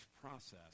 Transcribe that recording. process